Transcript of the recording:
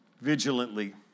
vigilantly